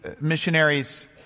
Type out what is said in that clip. missionaries